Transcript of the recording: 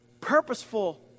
purposeful